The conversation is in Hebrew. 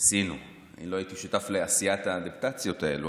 "עשינו" אני לא הייתי שותף לעשיית האדפטציות האלה,